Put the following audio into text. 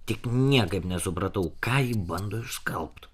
tik niekaip nesupratau ką ji bando išskalbt